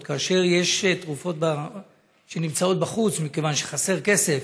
ויש תרופות שנמצאות בחוץ מכיוון שחסר כסף,